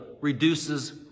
reduces